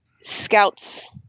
scouts